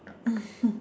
mmhmm